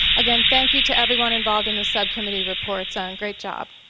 again, thank you to everyone involved in the subcommittee reports on. great job.